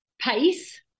pace